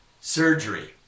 Surgery